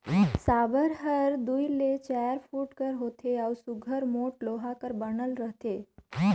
साबर हर दूई ले चाएर फुट कर होथे अउ सुग्घर मोट लोहा कर बनल रहथे